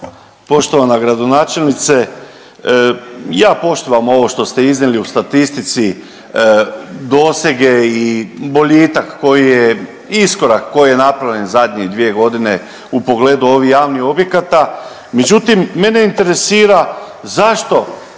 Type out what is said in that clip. Poštovana gradonačelnice, ja poštivam ovo što ste iznijeli u statistici dosege i boljitak koji je, iskorak koji je napravljen zadnjih dvije godine u pogledu ovih javnih objekata. Međutim, mene interesira zašto,